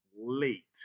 late